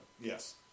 Yes